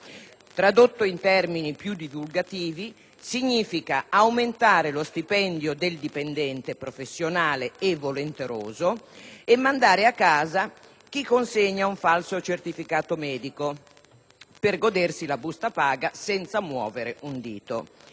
Tradotto in termini più divulgativi, significa aumentare lo stipendio del dipendente professionale e volenteroso e mandare a casa chi consegna un falso certificato medico per godersi la busta paga senza muovere un dito.